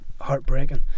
heartbreaking